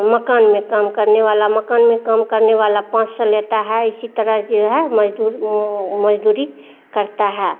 मकान में काम करने वाला मकान में काम करने वाला पाँच सौ लेता है इसी तरह जो है मजदूर मजदूरी करता है